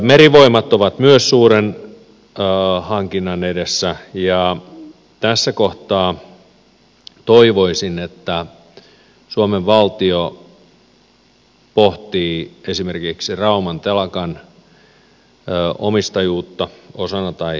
merivoimat on myös suuren hankinnan edessä ja tässä kohtaa toivoisin että suomen valtio pohtii esimerkiksi rauman telakan omistajuutta osana tai kokonaan